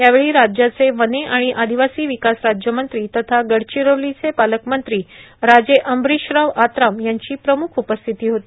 यावेळी राज्याचे वने आणि आदिवासी विकास राज्यमंत्री तथा गडचिरोलीचे पालकमंत्री राजे अम्ब्रीशराव आत्राम यांची प्रम्ख उपस्थिती होती